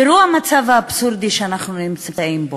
תראו את המצב האבסורדי שאנחנו נמצאים בו,